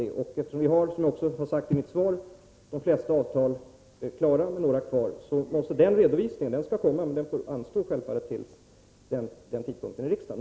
De flesta avtalen är, som sagt, klara men några återstår. Redovisningen kommer, men vi får givetvis vänta tills redovisningen kan föreläggas riksdagen.